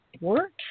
work